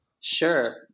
Sure